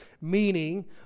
meaning